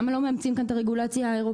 למה לא מאמצים כאן את הרגולציה האירופאית,